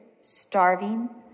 starving